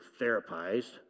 therapized